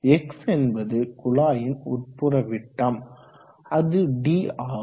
x என்பது குழாயின் உட்புற விட்டம் அது d ஆகும்